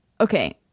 okay